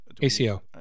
ACO